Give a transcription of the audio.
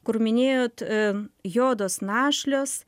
kur minėjot jodos našlės